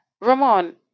Ramon